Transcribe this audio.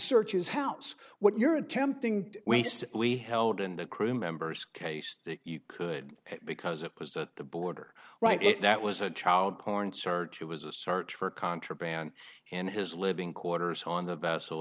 search his house what you're attempting to waste we held in the crewmembers case you could because it was at the border right that was a child porn search it was a search for contraband in his living quarters on the vessel